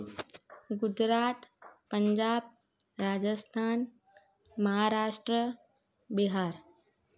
Gujarat Punjab Rajasthan Maharashtra Bihar